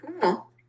Cool